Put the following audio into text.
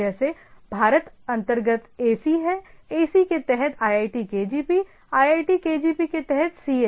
जैसे भारत अंतर्गत ac हैं ac के तहत iitkgp iitkgpके तहत cac